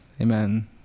Amen